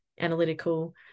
analytical